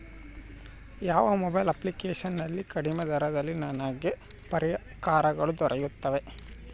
ಯಾವ mobile application ನಲ್ಲಿ ಕಡಿಮೆ ದರದಲ್ಲಿ ನನಗೆ ಪರಿಕರಗಳು ದೊರೆಯುತ್ತವೆ?